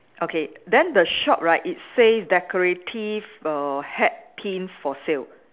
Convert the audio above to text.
okay then the shop right it says decorative err hat pins for sale